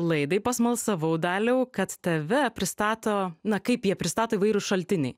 laidai pasmalsavau daliau kad tave pristato na kaip jį pristato įvairūs šaltiniai